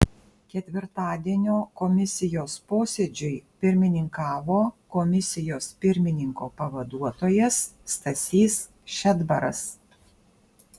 ketvirtadienio komisijos posėdžiui pirmininkavo komisijos pirmininko pavaduotojas stasys šedbaras